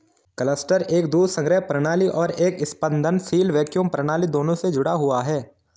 cluster एक दूध संग्रह प्रणाली और एक स्पंदनशील वैक्यूम प्रणाली दोनों से जुड़ा हुआ है